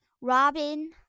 Robin